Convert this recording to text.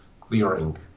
clearing